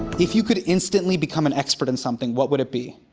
if you could instantly become an expert in something, what would it be?